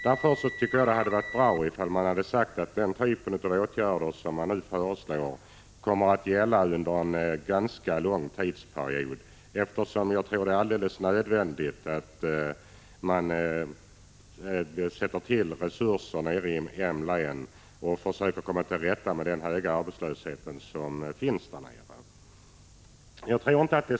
Därför tycker jag att det hade varit bra om utskottet hade sagt att de åtgärder som vidtas kommer att pågå under en ganska lång tid. Jag tror nämligen att det är alldeles nödvändigt att sätta till ordentliga resurser för att försöka komma till rätta med den stora arbetslösheten i Malmöhus län.